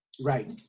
Right